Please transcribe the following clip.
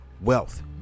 wealth